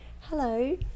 Hello